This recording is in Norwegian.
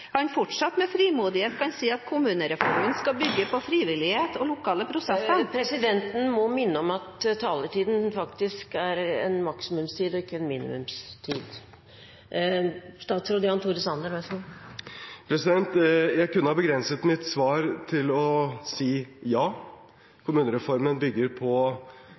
fortsatt at han med frimodighet kan si at kommunereformen skal bygge på frivillighet og lokale prosesser? Presidenten må minne om at taletiden er en maksimumstid og ikke en minimumstid. Jeg kunne ha begrenset mitt svar til å si ja. Kommunereformen bygger på